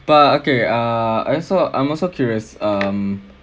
but okay ah I also I'm also curious um